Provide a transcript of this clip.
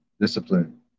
discipline